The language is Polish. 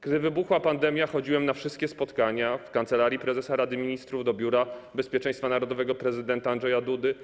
Gdy wybuchła pandemia, chodziłem na wszystkie spotkania w Kancelarii Prezesa Rady Ministrów, do Biura Bezpieczeństwa Narodowego prezydenta Andrzeja Dudy.